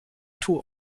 tour